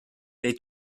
they